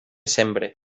sembre